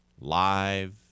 Live